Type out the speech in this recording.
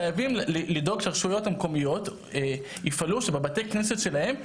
חייבים לדאוג שהרשויות המקומיות יפעלו שבבתי הכנסת שלהן,